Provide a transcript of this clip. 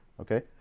Okay